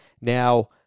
Now